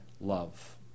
love